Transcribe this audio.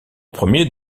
premiers